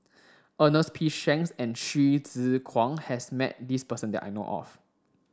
Ernest P Shanks and Hsu Tse Kwang has met this person that I know of